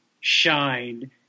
shine